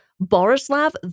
Borislav